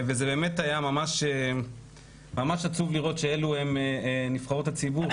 וזה באמת היה ממש עצוב לראות שאלו הן נבחרות הציבור.